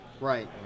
Right